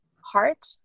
heart